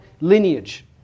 lineage